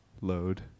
load